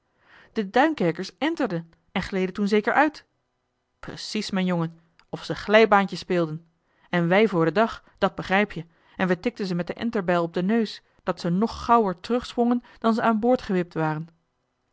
de duinkerkers enterden en gleden toen zeker uit joh h been paddeltje de scheepsjongen van michiel de ruijter precies m'n jongen of ze glijbaantje speelden en wij voor den dag dat begrijp je en we tikten ze met de enterbijl op den neus dat ze nog gauwer terugsprongen dan ze aan boord gewipt waren